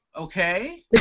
okay